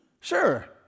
sure